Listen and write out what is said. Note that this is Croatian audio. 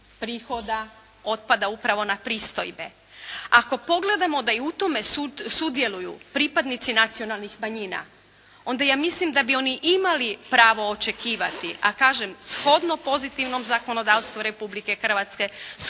prihoda otpada upravo na pristojbe. Ako pogledamo da je u tome sudjeluju pripadnici nacionalnih manjina onda ja mislim da bi oni imali pravo očekivati, a kažem shodno pozitivnom zakonodavstvu Republike Hrvatske, shodno